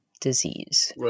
disease